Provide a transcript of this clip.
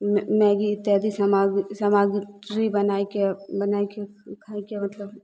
Maggi इत्यादि सामग सामग्री बनाइके बनाइके खाइके मतलब